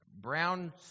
brown